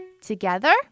Together